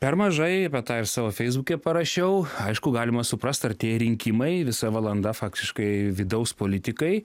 per mažai va tą ir savo feisbuke parašiau aišku galima suprast artėja rinkimai visa valanda faktiškai vidaus politikai